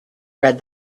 read